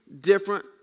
different